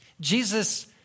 Jesus